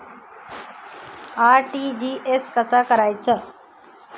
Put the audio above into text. RTGS कसा करायचा?